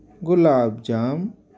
गुलाबजाम